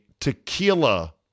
tequila